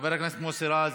חבר הכנסת מוסי רז.